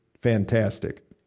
fantastic